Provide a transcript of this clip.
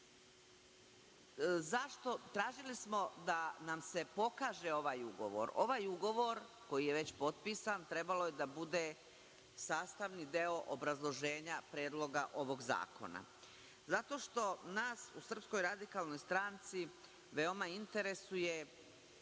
zakon, tražili smo da nam se pokaže ovaj ugovor. Ovaj ugovor, koji je već potpisan, trebalo je da bude sastavni deo obrazloženja Predloga ovog zakona. Zato što nas u SRS veoma interesuje